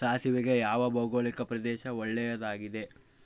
ಸಾಸಿವೆಗೆ ಯಾವ ಭೌಗೋಳಿಕ ಪ್ರದೇಶ ಒಳ್ಳೆಯದಾಗಿದೆ?